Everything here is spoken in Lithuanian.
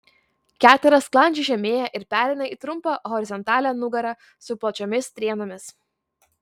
ketera sklandžiai žemėja ir pereina į trumpą horizontalią nugarą su plačiomis strėnomis